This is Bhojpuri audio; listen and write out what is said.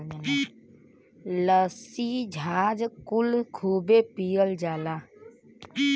लस्सी छाछ कुल खूबे पियल जाला